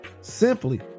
Simply